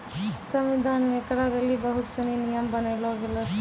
संविधान मे ऐकरा लेली बहुत सनी नियम बनैलो गेलो छै